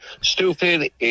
Stupid